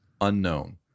Unknown